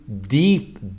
deep